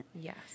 Yes